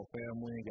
family